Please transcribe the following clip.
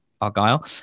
Argyle